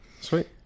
Sweet